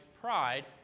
pride